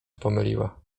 pomyliła